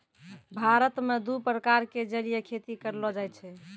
भारत मॅ दू प्रकार के जलीय खेती करलो जाय छै